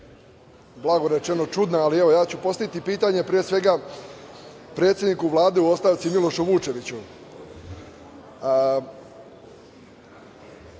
blago rečeno čudna, ali evo, postaviću pitanje, pre svega, predsedniku Vlade u ostavci, Milošu Vučeviću. Nije